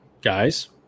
Guys